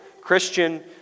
Christian